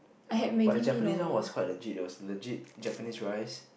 ya but the Japanese one was quite legit it was legit Japanese rice